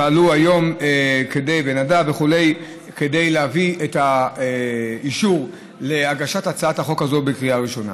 שפעלו היום כדי להביא את האישור להגשת הצעת החוק הזאת בקריאה הראשונה.